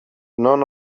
none